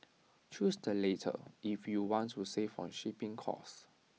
choose the latter if you want to save on shipping cost